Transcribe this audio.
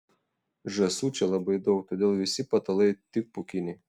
žąsų čia labai daug todėl visi patalai tik pūkiniai